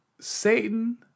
Satan